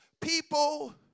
people